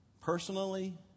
personally